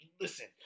listen